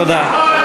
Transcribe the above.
תודה.